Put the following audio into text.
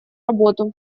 работу